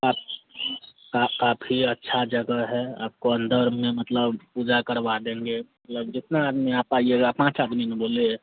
आप काफी अच्छी जगह है आपको अंदर में मतलब पूजा करवा देंगे पूरा जितना आदमी आप आइएगा पाँच आदमी ना बोले